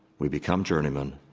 we become journeyman,